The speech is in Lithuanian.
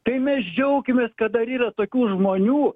tai mes džiaukimės kad dar yra tokių žmonių